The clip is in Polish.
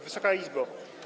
Wysoka Izbo!